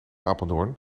apeldoorn